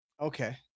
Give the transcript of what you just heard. Okay